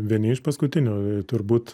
vieni iš paskutinių turbūt